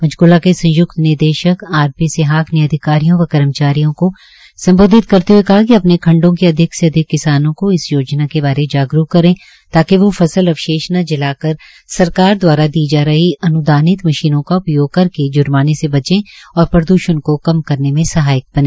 पंचकुला के संयुक्त निदेशक आर पी सिहवाग ने अधिकारियों व कर्मचारियों को सम्बोधित करते हए कहा कि अपने खंडों के अधिक से अधिक किसानों को इस योजना बारे जागरूक करे ताकि वोह फसल अवशेष न जलाकर सरकार दवारा दी जा रही अन्मोदित मशीनों का उपयोग करके जर्माने से बचे और प्रद्षण को कम करने में सहायक बने